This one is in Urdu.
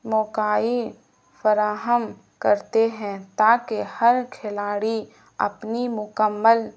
موقع فراہم کرتے ہیں تاکہ ہر کھلاڑی اپنی مکمل